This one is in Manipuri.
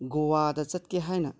ꯒꯣꯋꯥꯗ ꯆꯠꯀꯦ ꯍꯥꯏꯅ